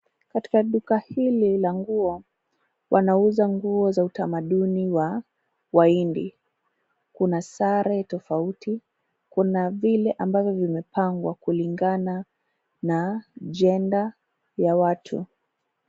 Katika duka hili la nguo wanauza nguo za utamaduni wa wahindi. Kuna sare tofauti. Kuna vile ambavyo vimepangwa kulingana na gender ya watu.